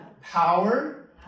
power